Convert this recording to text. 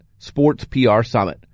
sportsprsummit